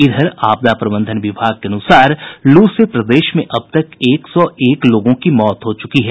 इधर आपदा प्रबंधन विभाग के अनुसार लू से प्रदेश में अब तक एक सौ एक लोगों की मौत हो चुकी है